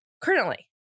Currently